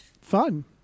fun